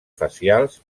facials